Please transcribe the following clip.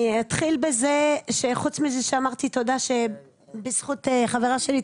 אני אתחיל בזה שחוץ מזה שאמרתי תודה שבזכות חברה שלי,